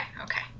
okay